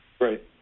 Right